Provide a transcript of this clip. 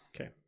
okay